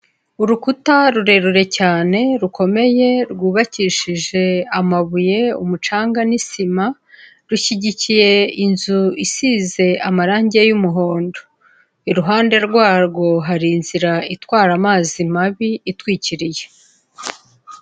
Urukuta rurerure cyane, rukomeye, rwubakishije amabuye, umucanga n'isima, rushyigikiye inzu isize amarangi y'umuhondo. Iruhande rwarwo hari inzira itwara amazi mabi itwikiriye.